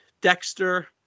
Dexter